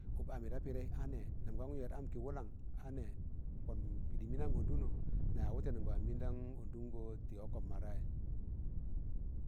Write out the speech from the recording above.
Up amị da pịdẹị a nẹ, nam gan ẹẹd am kị wụlang a nẹ, pọn pịdịm mịndam ọndụnọ na yaaz wụtẹnụn ga waam mịndam ụndụngọ tị ọkọm mọ rayị.